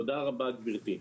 תודה רבה, גברתי.